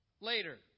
later